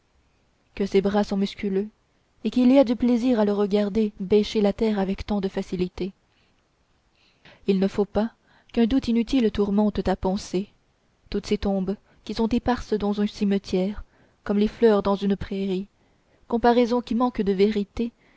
que ses bras sont musculeux et qu'il y a du plaisir à le regarder bêcher la terre avec tant de facilité il ne faut pas qu'un doute inutile tourmente ta pensée toutes ces tombes qui sont éparses dans un cimetière comme les fleurs dans une prairie comparaison qui manque de vérité